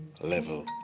level